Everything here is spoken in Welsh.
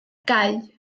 gau